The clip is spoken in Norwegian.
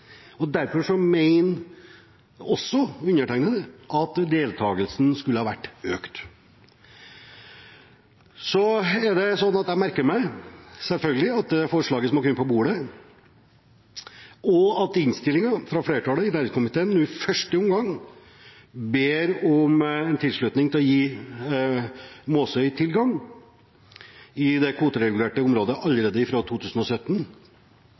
undertegnede at deltakelsen skulle vært økt. Jeg merker meg selvfølgelig at forslaget som har kommet på bordet, og innstillingen fra flertallet i næringskomiteen i første omgang ber om en tilslutning til å gi Måsøy tilgang i det kvoteregulerte området allerede fra 2017.